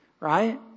Right